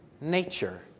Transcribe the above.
nature